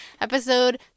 episode